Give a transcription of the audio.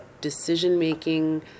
decision-making